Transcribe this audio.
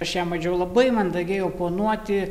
aš jam bandžiau labai mandagiai oponuoti